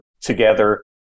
together